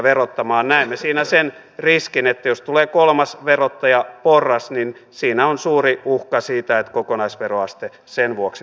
näemme siinä sen riskin että jos tulee kolmas verottajaporras niin siinä on suuri uhka siitä että kokonaisveroaste sen vuoksi tulee kiristymään